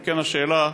אם כן, השאלה: